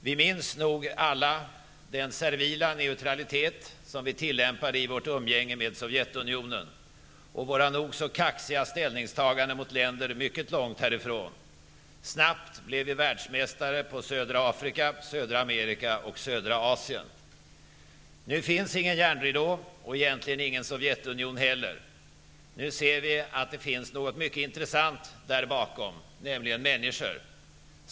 Vi minns nog alla den servila neutralitet som tillämpades i vårt umgänge med Sovjetunionen och de nog så kaxiga ställningstagandena mot länder mycket långt härifrån. Snabbt blev vi världsmästare på södra Afrika, södra Amerika och södra Asien. Nu finns det ingen järnridå och egentligen ingen Sovjetunion heller. Nu ser vi att det finns något mycket intressant där bakom, nämligen människor!